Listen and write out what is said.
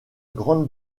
grande